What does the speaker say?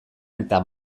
eta